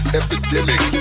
epidemic